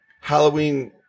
Halloween